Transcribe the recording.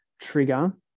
trigger